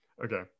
Okay